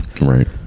right